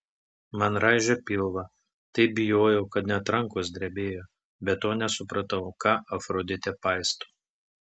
man raižė pilvą taip bijojau kad net rankos drebėjo be to nesupratau ką afroditė paisto